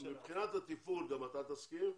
מבחינת התפעול גם אתה תסכים,